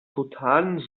totalen